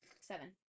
Seven